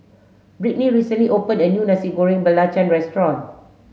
Britney recently opened a new Nasi Goreng Belacan restaurant